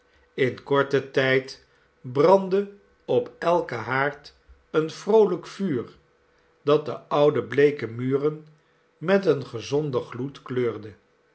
in korten tijd brandde op elken haard een vroolijk vuur dat de oude bleeke muren met een gezonden gloed kleurde